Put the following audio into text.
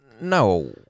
No